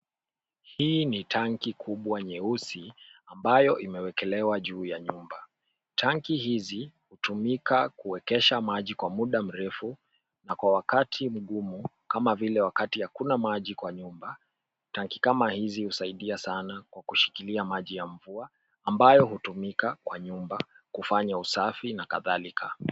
Hii ni tanki kubwa nyeusi ambayo imewekelewa juu ya nyumba. Tanki hizi hutumika kuwekesha maji kwa muda mrefu na kwa wakati mgumu kama vile wakati hakuna maji kwa nyumba. Tanki kama hizi husaidia sana kwa kushikilia maji ya mvua ambayo hutumika kwa nyumba kufanya usafi na kadhalika.